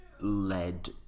led